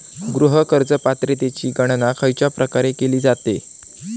गृह कर्ज पात्रतेची गणना खयच्या प्रकारे केली जाते?